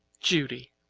judy